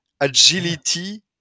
Agility